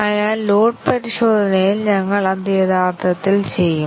അതിനാൽ ലോഡ് പരിശോധനയിൽ ഞങ്ങൾ അത് യഥാർത്ഥത്തിൽ ചെയ്യും